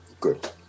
Good